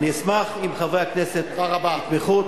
אני אשמח אם חברי הכנסת יתמכו.